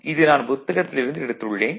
இது நான் புத்தகத்தில் இருந்து எடுத்துள்ளேன்